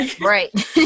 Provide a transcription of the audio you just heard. right